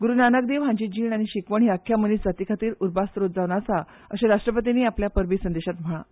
गुरू नानक देव हांची जीण आनी शिकवण ही अख्ख्या मनीस जातीखातीर उर्बा स्त्रोत जावन आसा अशे राष्ट्रपतींनी आपल्या परबी संदेशान म्हळा